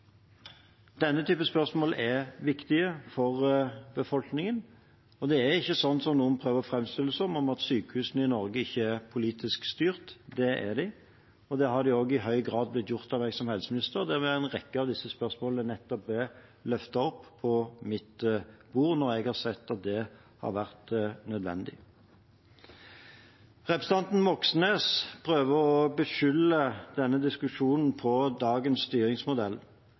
Denne typen spørsmål er viktig for befolkningen. Det er ikke slik noen prøver å framstille det som, at sykehusene i Norge ikke er politisk styrt. Det er de, og det har de også i høy grad blitt av meg som helseminister, der en rekke av disse spørsmålene nettopp er løftet opp på mitt bord når jeg har sett at det har vært nødvendig. Representanten Moxnes prøver i denne diskusjonen å skylde på dagens styringsmodell,